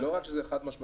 לא רק שזה חד-משמעי,